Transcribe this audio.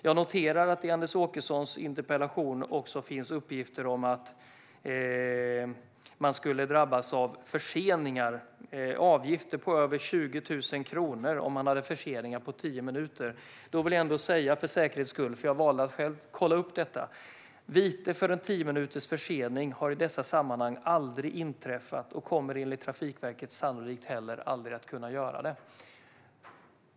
Jag noterar att det i Anders Åkessons interpellation också finns uppgifter om att entreprenörerna skulle drabbas av avgifter på över 20 000 kronor om det var förseningar på tio minuter. Då vill jag för säkerhets skull säga, eftersom jag har valt att kolla upp detta, att vite för en tiominutersförsening i dessa sammanhang aldrig har inträffat och enligt Trafikverket sannolikt heller aldrig kommer att inträffa.